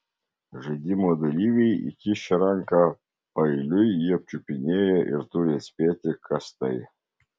žaidimo dalyviai įkišę ranką paeiliui jį apčiupinėja ir turi atspėti kas tai